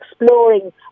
exploring